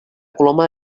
coloma